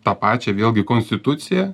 tą pačią vėlgi konstituciją